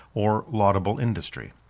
or laudable industry.